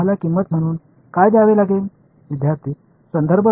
எனவே நாம் ஒரு விலையாக என்ன செலுத்த வேண்டும்